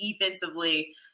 defensively